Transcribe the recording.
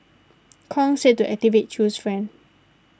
Kong said to activate Chew's friend